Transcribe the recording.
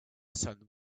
sun